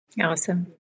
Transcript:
Awesome